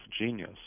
genius